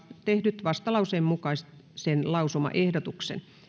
tehnyt vastalauseen mukaisen lausumaehdotuksen